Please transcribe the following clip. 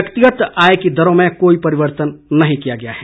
व्यक्तिगत आयकर की दरों में कोई परिवर्तन नहीं किया गया है